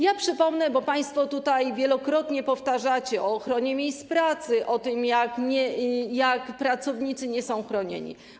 Ja przypomnę, bo państwo tutaj wielokrotnie powtarzacie słowa o ochronie miejsc pracy, o tym, jak pracownicy nie są chronieni.